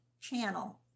channel